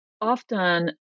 often